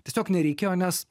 tiesiog nereikėjo nes